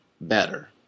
better